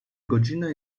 godzinę